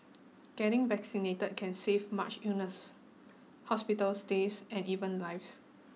getting vaccinated can save much illness hospital stays and even lives